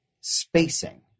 spacing